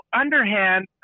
underhand